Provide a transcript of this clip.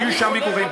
היו שם ויכוחים.